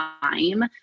time